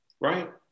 right